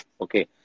Okay